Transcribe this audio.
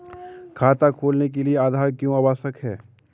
खाता खोलने के लिए आधार क्यो आवश्यक है?